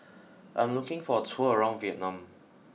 I'm looking for a tour around Vietnam